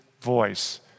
voice